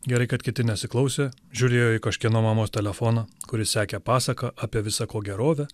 gerai kad kiti nesiklausė žiūrėjo į kažkieno mamos telefoną kuri sekė pasaką apie visą kogerovę